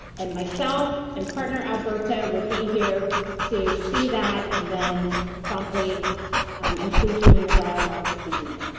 and myself, and partner alberto will be here to see that and then promptly um include you in the dialogue this evening.